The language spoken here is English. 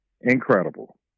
Incredible